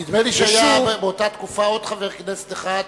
נדמה לי שהיה באותה תקופה עוד חבר כנסת אחד,